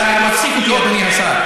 אתה מפסיק אותי, אדוני השר.